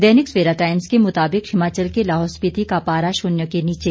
दैनिक Savera Times के मुताबिक हिमाचल के लाहौल स्पीति का पारा शून्य के नीचे